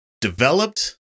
developed